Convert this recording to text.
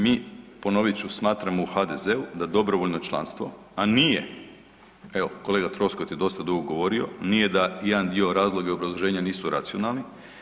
Mi ponovit ću smatramo u HDZ-u da dobrovoljno članstvo, a nije evo kolega Troskot je dosta dugo govorio, nije da jedan dio razloga i obrazloženja nisu racionalni.